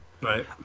right